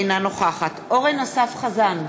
אינה נוכחת אורן אסף חזן,